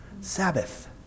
Sabbath